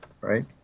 right